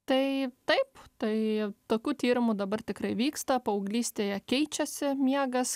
tai taip tai tokiu tyrimų dabar tikrai vyksta paauglystėje keičiasi miegas